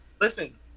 Listen